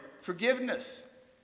forgiveness